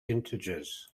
integers